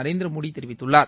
நரேந்திரமோடி தெரிவித்துள்ளார்